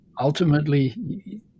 ultimately